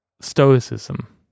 stoicism